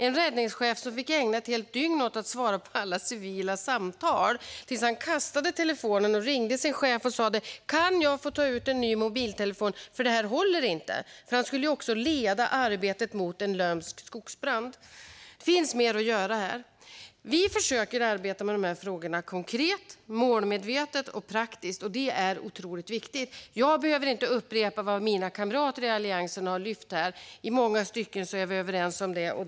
En räddningschef fick ägna ett helt dygn åt att svara på alla civila samtal tills han kastade telefonen och ringde sin chef och sa: "Kan jag få ta ut en ny mobiltelefon, för det här håller inte?" Han skulle nämligen också leda arbetet med att bekämpa en lömsk skogsbrand. Det finns mer att göra här. Vi försöker arbeta med de här frågorna på ett konkret, målmedvetet och praktiskt sätt. Det är otroligt viktigt. Jag behöver inte upprepa vad mina kamrater i Alliansen har lyft upp här. I många stycken är vi överens, och det är bra.